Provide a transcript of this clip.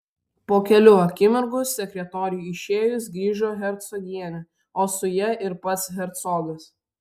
po kelių akimirkų sekretoriui išėjus grįžo hercogienė o su ja ir pats hercogas